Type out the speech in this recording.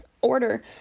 order